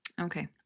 Okay